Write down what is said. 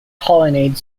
colonnade